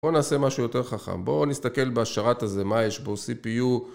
בואו נעשה משהו יותר חכם, בואו נסתכל בשרת הזה מה יש בו CPU